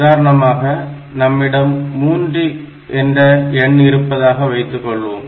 உதாரணமாக நம்மிடம் 3 என்ற எண் இருப்பதாக வைத்துக்கொள்வோம்